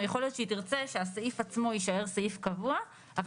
יכול להיות שהיא תרצה שהסעיף יישאר סעיף קבוע אבל